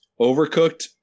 overcooked